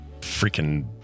freaking